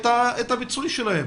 לקבל את הפיצוי שלהם.